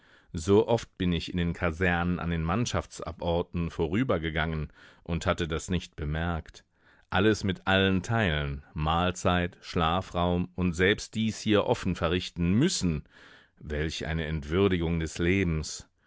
so oft bin ich in den kasernen an den mannschafts aborten vorübergegangen und hatte das nicht bemerkt alles mit allen teilen mahlzeit schlafraum und selbst dies hier offen verrichten müssen welch eine entwürdigung des lebens